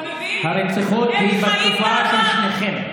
הרציחות הן מהתקופה של שניכם.